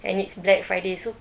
and it's black friday so